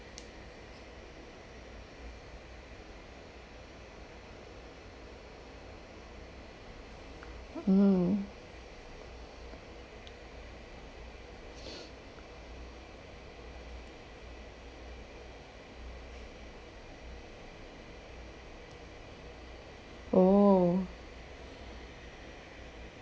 mm oh